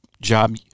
job